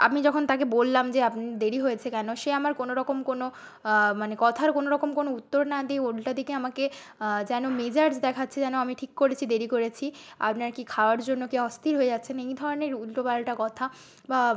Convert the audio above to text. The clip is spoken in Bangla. আমি যখন তাকে বললাম যে আপনি দেরি হয়েছে কেন সে আমার কোনওরকম কোনও মানে কথার কোনওরকম কোনও উত্তর না দিয়ে উল্টাদিকে আমাকে যেন মেজাজ দেখাচ্ছে যেন আমি ঠিক করেছি দেরি করেছি আপনারা কি খাওয়ার জন্য কি অস্থির হয়ে যাচ্ছেন এই ধরনের উল্টোপাল্টা কথা বা